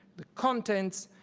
the contents,